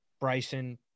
Bryson